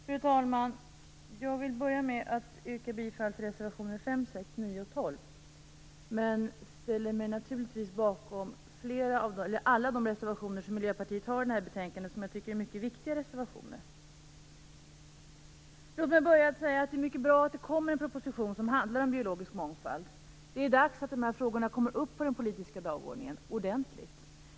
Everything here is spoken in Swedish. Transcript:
Fru talman! Jag vill börja med att yrka bifall till reservationerna 5, 6, 9 och 12. Jag ställer mig naturligtvis bakom alla de reservationer som Miljöpartiet har i det här betänkandet. Jag tycker att det är mycket viktiga reservationer. Låt mig börja med att säga att det är mycket bra att det kommer en proposition som handlar om biologisk mångfald. Det är dags att de här frågorna kommer upp på den politiska dagordningen ordentligt.